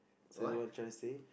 so you know what I'm trying to say